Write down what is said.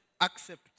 accept